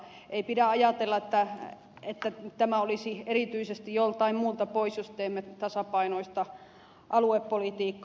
ei pidä ajatella että tämä olisi erityisesti joltain muulta poissa jos teemme tasapainoista aluepolitiikkaa